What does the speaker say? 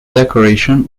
decoration